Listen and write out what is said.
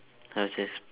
I was just